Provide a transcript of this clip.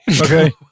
Okay